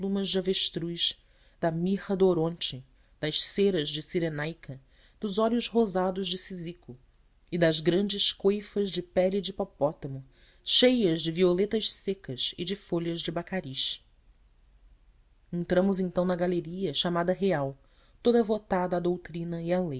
avestruz da mirra de oronte das ceras de cirenaica dos óleos rosados de císico e das grandes coifas de pele de hipopótamo cheias de violetas secas e de folhas de bácaris entramos então na galeria chamada real toda votada à doutrina e à